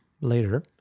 later